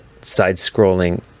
side-scrolling